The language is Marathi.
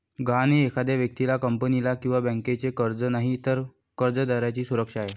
गहाण हे एखाद्या व्यक्तीला, कंपनीला किंवा बँकेचे कर्ज नाही, तर कर्जदाराची सुरक्षा आहे